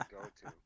go-to